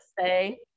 say